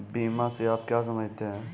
बीमा से आप क्या समझते हैं?